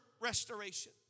restoration